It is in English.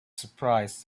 surprised